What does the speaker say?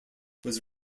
was